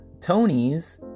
Tony's